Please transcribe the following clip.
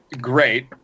great